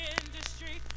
industry